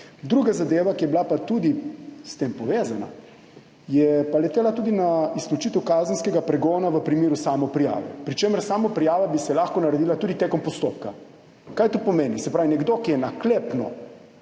Druga zadeva, ki je bila s tem tudi povezana, je letela na izključitev kazenskega pregona v primeru samoprijave, pri čemer bi se samoprijava lahko naredila tudi tekom postopka. Kaj to pomeni? Se pravi, nekdo, ki je naklepno